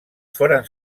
foren